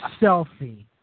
selfie